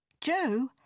joe